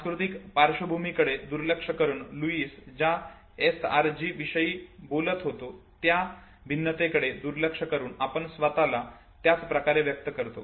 सांस्कृतिक पार्श्वभूमीकडे दुर्लक्ष करून लुईस ज्या SRG विषयी बोलत होते त्या भिन्नतेकडे दुर्लक्ष करून आपण स्वतःला त्याच प्रकारे व्यक्त करतो